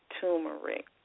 turmeric